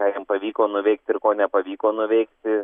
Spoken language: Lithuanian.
ką jam pavyko nuveikt ir ko nepavyko nuveikti